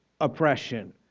oppression